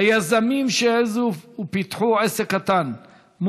היזמים שהעזו ופיתחו עסק קטן,